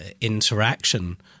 interaction